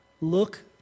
Look